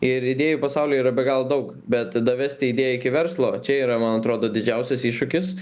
ir idėjų pasaulyje yra be galo daug bet davesti idėją iki verslo čia yra man atrodo didžiausias iššūkis